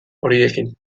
horiekin